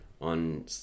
on